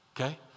Okay